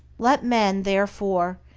let men, therefore,